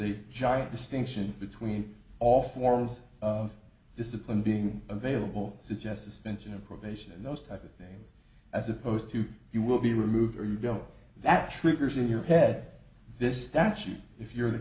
a giant distinction between all forms of discipline being available suggests a suspension of probation and those type of things as opposed to you will be removed or you know that triggers in your head this statute if you're the